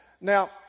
now